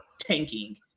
tanking